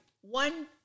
one